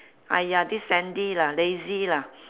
!aiya! this sandy lah lazy lah